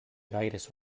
gaires